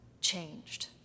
changed